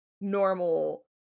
normal